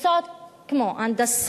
מקצועות כמו הנדסה,